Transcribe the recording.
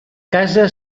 casa